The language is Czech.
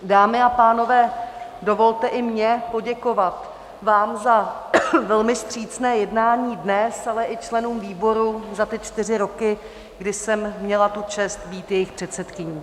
Dámy a pánové, dovolte i mně poděkovat vám za velmi vstřícné jednání dnes, ale i členům výboru za ty čtyři roky, kdy jsem měla tu čest být jejich předsedkyní.